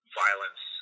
violence